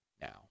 now